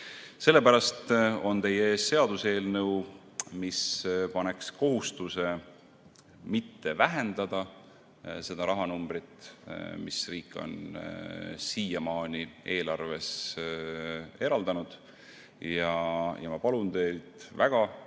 Sellepärast on teie ees seaduseelnõu, mis paneks kohustuse mitte vähendada seda rahanumbrit, mille riik on siiamaani eelarves eraldanud. Ma palun teid väga,